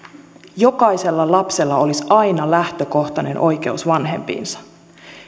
jokaisella lapsella olisi aina lähtökohtainen oikeus vanhempiinsa